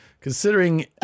Considering